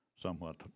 somewhat